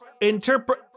interpret